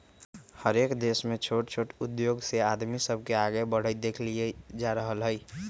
हरएक देश में छोट छोट उद्धोग से आदमी सब के आगे बढ़ईत देखल जा रहल हई